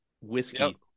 Whiskey